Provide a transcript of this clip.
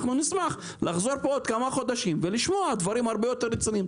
אנחנו נשמח לחזור לפה בעוד כמה חודשים ולשמוע דברים הרבה יותר רציניים.